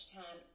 time